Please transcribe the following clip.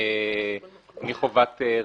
מחובת רישוי.